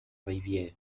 rivière